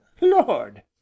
lord